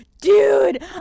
dude